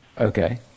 Okay